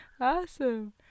Awesome